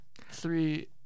Three